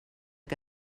què